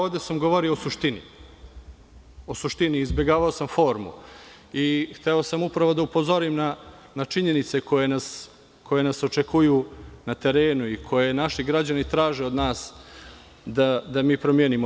Ovde sam govorio o suštini, izbegavao sam formu i hteo sam upravo da upozorim na činjenice koje nas očekuju na terenu je naši građani traže od nas da mi promenimo.